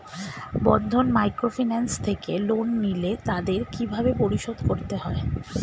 বন্ধন microfinance থেকে loan নিলে তাদের কিভাবে পরিশোধ করতে হয়?